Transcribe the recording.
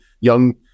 young